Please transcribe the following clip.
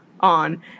On